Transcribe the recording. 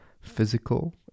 physical